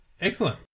excellent